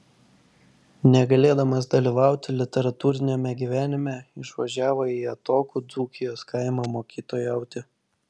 negalėdamas dalyvauti literatūriniame gyvenime išvažiavo į atokų dzūkijos kaimą mokytojauti